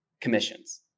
commissions